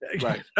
Right